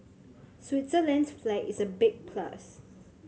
Switzerland's flag is a big plus